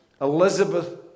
Elizabeth